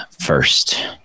first